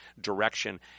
direction